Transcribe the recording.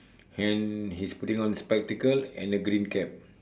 and he's putting on spectacle and a green cap